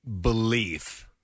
belief